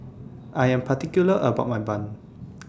I Am particular about My Bun